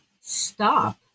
stop